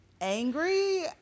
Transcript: angry